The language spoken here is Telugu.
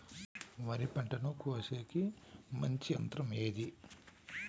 వరి పంటను కోసేకి మంచి యంత్రం ఏది?